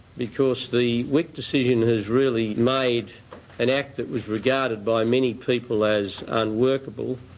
because the wik decision has really made an act that was regarded by many people as unworkable,